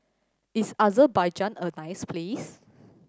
is Azerbaijan a nice place